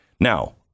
Now